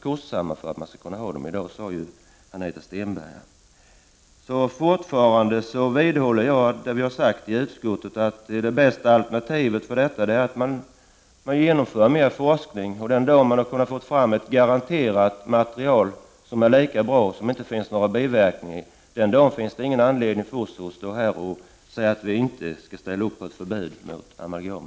Jag vidhåller därför fortfarande det som har sagts i utskottet, nämligen att det bästa är att mer forskning bedrivs. Den dag man har fått fram ett material som är lika bra som amalgam men som inte ger några biverkningar finns det inte någon anledning för oss att stå här och säga att vi inte ställer oss bakom kravet på ett förbud mot amalgam.